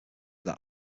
that